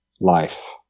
life